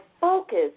focus